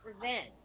revenge